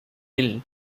hill